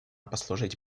послужить